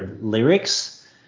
lyrics